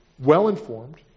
well-informed